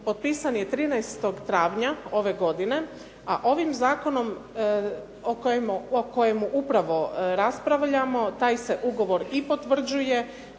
potpisan je 13. travnja ove godine, a ovim zakonom o kojemu upravo raspravljamo taj se ugovor i potvrđuje